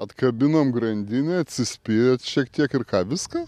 atkabinom grandinę atsispyrėt šiek tiek ir ką viskas